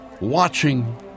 watching